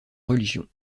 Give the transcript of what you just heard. religion